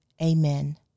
Amen